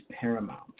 paramount